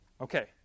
Okay